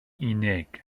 unig